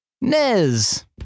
Nez